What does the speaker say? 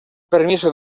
permiso